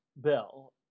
bill